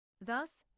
Thus